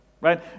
right